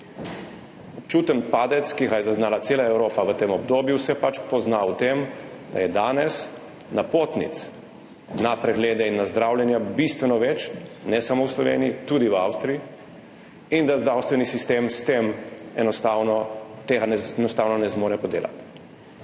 Občuten padec, ki ga je zaznala cela Evropa v tem obdobju, se pozna v tem, da je danes napotnic na preglede in na zdravljenja bistveno več – ne samo v Sloveniji, tudi v Avstriji – in da zdravstveni sistem tega enostavno ne zmore podelati.